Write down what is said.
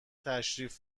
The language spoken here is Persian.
تشریف